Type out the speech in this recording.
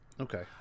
okay